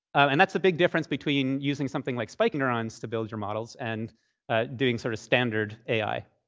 and that's the big difference between using something like spike neurons to build your models and doing sort of standard ai.